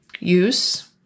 use